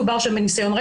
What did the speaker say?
תתפלאו.